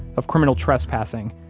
of criminal trespassing,